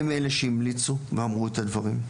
הם אלה שהמליצו ואמרו את הדברים.